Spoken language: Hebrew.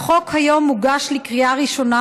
החוק היום מוגש לקריאה ראשונה,